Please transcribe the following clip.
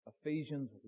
Ephesians